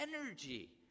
energy